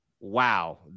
wow